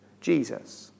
Jesus